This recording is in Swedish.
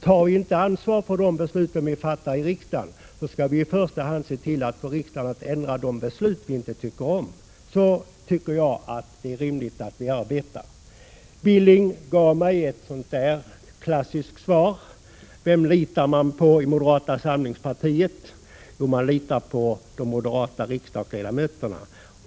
Tar vi inte ansvar för dem, skall vi i första hand se till att få riksdagen att ändra de beslut vi inte tycker om. Så anser jag att det är rimligt att vi arbetar. Knut Billing gav mig ett klassiskt svar. Vem litar man på i moderata samlingspartiet? Jo, man litar på de moderata riksdagsledamöterna.